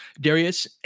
Darius